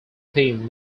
team